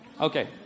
Okay